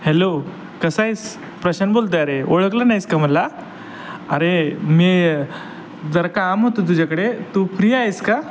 hello कसा आहेस प्रशान बोलतो आहे अरे ओळखलं नाहीस का मला अरे मी जरा काम होतं तुझ्याकडे तू फ्री आहेस का